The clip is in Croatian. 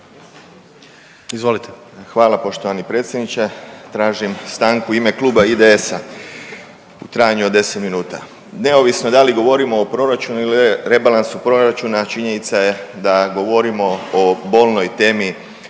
(IDS)** Hvala poštovani predsjedniče, tražim stanku u ime Kluba IDS-a u trajanju od 10 minuta. Neovisno da li govorimo o proračunu ili rebalansu proračuna, činjenica je da govorimo o bolnoj temi